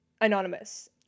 anonymous